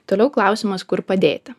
toliau klausimas kur padėti